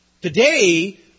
Today